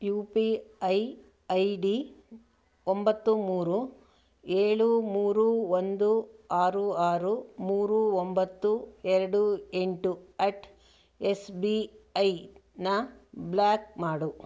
you P I I D ಒಂಬತ್ತು ಮೂರು ಏಳು ಮೂರು ಒಂದು ಆರು ಆರು ಮೂರು ಒಂಬತ್ತು ಎರಡು ಎಂಟು ಎಟ್ ಎಸ್ ಬಿ ಐನ ಬ್ಲ್ಯಾಕ್ ಮಾಡು